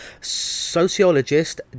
sociologist